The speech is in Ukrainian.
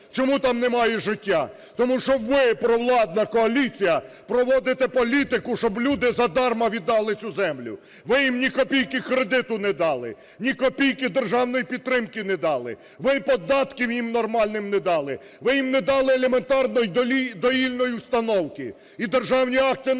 Чому там немає життя? Тому що ви, провладна коаліція, проводите політику, щоб люди задарма віддали цю землю. Ви їм ні копійки кредиту не дали, ні копійки державної підтримки не дали. Ви податків їм нормальних не дали. Ви їм не дали елементарної доїльної установки. І державні акти на